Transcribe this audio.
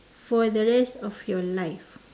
for the rest of your life